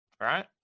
Right